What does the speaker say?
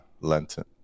Lenten